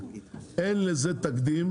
אין לזה תקדים,